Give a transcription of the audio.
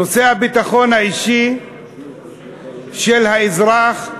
נושא הביטחון האישי של האזרח,